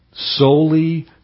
solely